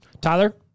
Tyler